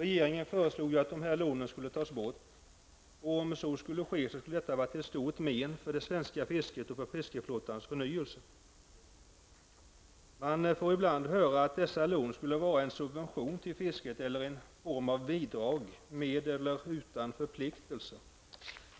Regeringen föreslår att dessa lån skall tas bort. Om så skulle ske, skulle det vara till stort men för det svenska fisket och för fiskeflottans förnyelse. Man får ibland höra att dessa lån skulle vara en subvention till fisket eller en form av bidrag, med eller utan förpliktelser.